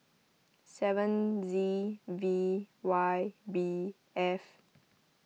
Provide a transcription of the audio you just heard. seven Z V Y B F